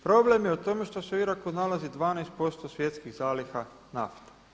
Problem je u tome što se u Iraku nalazi 12% svjetskih zaliha nafte.